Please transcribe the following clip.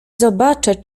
zobaczę